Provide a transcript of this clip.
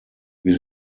wir